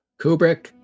Kubrick